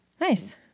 Nice